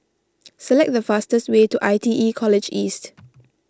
select the fastest way to I T E College East